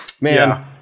man